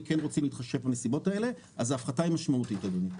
רוצים להתחשב בנסיבות האלה אז ההפחתה היא משמעותית אדוני.